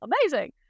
Amazing